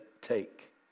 Take